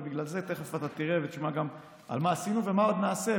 ובגלל זה תכף אתה תראה ותשמע גם על מה שעשינו ועל מה שעוד נעשה.